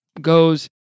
goes